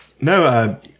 no